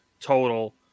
total